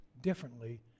differently